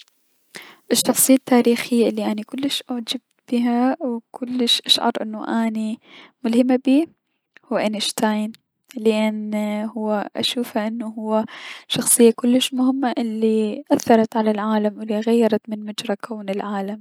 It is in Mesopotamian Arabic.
الشخصية التاريخية الي اني كلش اعجبت بيها و كلس اشعر انو اني ملهمة بيه هو انشتاين لأن اشوفه انو هو شخصية كلش مهمة الي اثرت على العالم و الي غيرت من مجرى كون العالم.